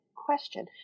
question